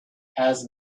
has